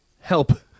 help